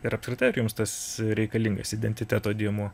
ir apskritai ar jums tas reikalingas identiteto dėmuo